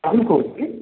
କହୁଛି